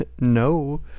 no